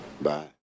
Bye